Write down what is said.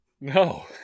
No